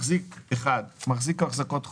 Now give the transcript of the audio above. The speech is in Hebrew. מחזיק החזקות חורגות,